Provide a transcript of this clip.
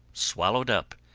swallowed up,